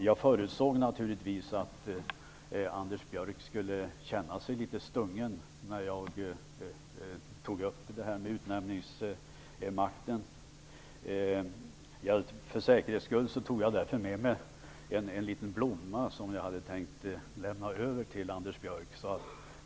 Jag förutsåg naturligtvis att Anders Björck skulle känna sig litet stungen när jag tog upp utnämningsmakten. För säkerhets skull tog jag därför med mig en liten blomma som jag hade tänkt lämna över till Anders Björck.